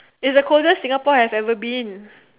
is the coldest Singapore has ever been